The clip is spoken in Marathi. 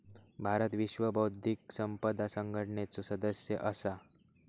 भारत विश्व बौध्दिक संपदा संघटनेचो सदस्य असा